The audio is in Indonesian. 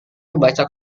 membaca